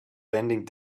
bending